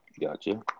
Gotcha